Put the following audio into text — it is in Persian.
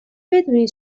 بدونی